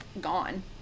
gone